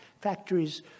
factories